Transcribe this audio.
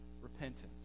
repentance